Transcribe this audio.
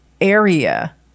area